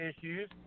issues